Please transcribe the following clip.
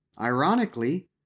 Ironically